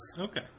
Okay